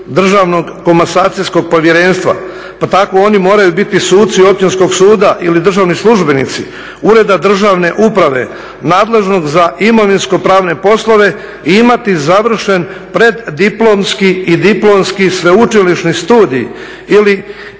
državnog komasacijskog povjerenstva. Pa tako oni moraju biti suci općinskog suda ili državni službenici ureda državne uprave nadležnog za imovinsko-pravne poslove imati završen preddiplomski i diplomski sveučilišni studij ili